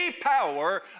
power